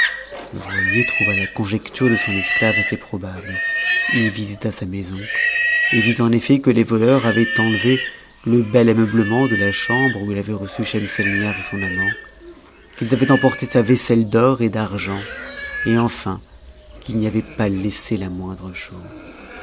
le joaillier trouva la conjecture de son esclave assez probable h visit l sa maison et vit en effet que les voleurs avaient enlevé le bel ameublement de la chambre où il avait reçu schemselnibar et son amant qu'ils avaient emporté sa vaisselle d'or et d'argent et enfin qu'ils n'y avaient pas laisse la moindre chose